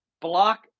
Block